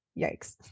yikes